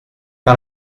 pas